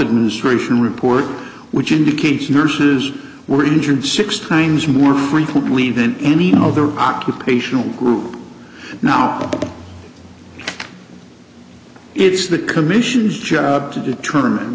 administration report which indicates nurses were injured six times more frequently than any other occupational group not it's the commission's job to determine